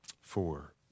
four